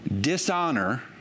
Dishonor